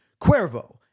Cuervo